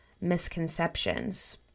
misconceptions